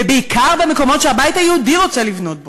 ובעיקר במקומות שהבית היהודי רוצה לבנות בהם.